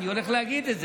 אני הולך להגיד את זה,